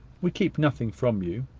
we keep nothing from you.